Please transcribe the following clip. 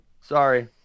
sorry